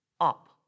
up